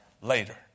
later